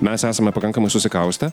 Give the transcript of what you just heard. mes esame pakankamai susikaustę